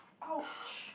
!ouch!